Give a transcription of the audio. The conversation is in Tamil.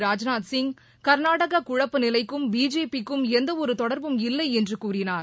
ராஜ்நாத் சிங் கர்நாடககுழப்பநிலைக்கும் பிஜேபிக்கும் எந்தவொருதொடர்பும் இல்லைஎன்றுகூறினார்